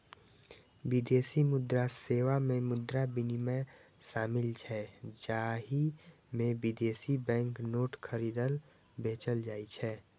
विदेशी मुद्रा सेवा मे मुद्रा विनिमय शामिल छै, जाहि मे विदेशी बैंक नोट खरीदल, बेचल जाइ छै